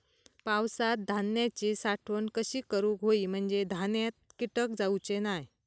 पावसात धान्यांची साठवण कशी करूक होई म्हंजे धान्यात कीटक जाउचे नाय?